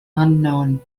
unknown